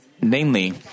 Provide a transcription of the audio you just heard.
Namely